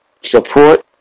Support